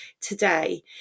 today